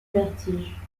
vertige